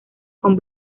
con